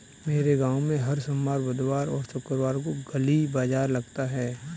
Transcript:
मेरे गांव में हर सोमवार बुधवार और शुक्रवार को गली बाजार लगता है